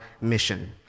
mission